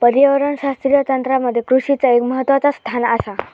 पर्यावरणशास्त्रीय तंत्रामध्ये कृषीचा एक महत्वाचा स्थान आसा